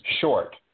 short